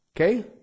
Okay